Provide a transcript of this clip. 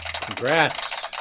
Congrats